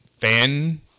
fan